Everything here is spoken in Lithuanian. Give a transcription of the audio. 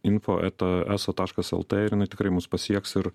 info eta eso taškas lt ir jinai tikrai mus pasieks ir